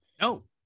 No